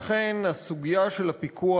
אכן הסוגיה של הפיקוח,